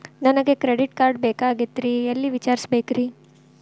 ನನಗೆ credit card ಬೇಕಾಗಿತ್ರಿ ಎಲ್ಲಿ ವಿಚಾರಿಸಬೇಕ್ರಿ?